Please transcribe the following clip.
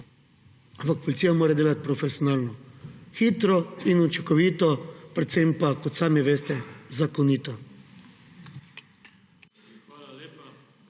ampak policija mora delati profesionalno, hitro in učinkovito, predvsem pa, kot sami veste, zakonito.